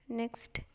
next